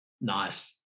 Nice